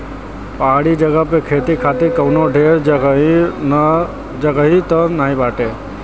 पहाड़ी जगह पे खेती खातिर कवनो ढेर जगही त नाही बाटे